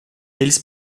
eles